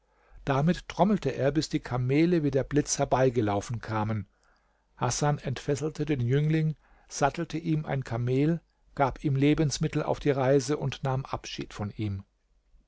damit trommelte er bis die kamele wie der blitz herbeigelaufen kamen hasan entfesselte den jüngling sattelte ihm ein kamel gab ihm lebensmittel auf die reise und nahm abschied von ihm